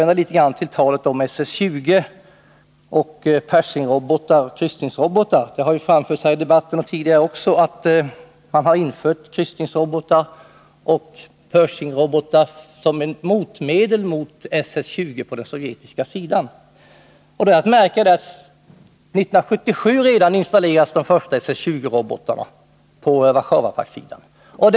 Det har här i debatten och även tidigare anförts att NATO har infört kryssningsrobotar och Pershingrobotar som ett motdrag mot införandet av SS 20-robotarna på den sovjetiska sidan. Det är då att märka att de första SS 20-robotarna installerades redan 1977.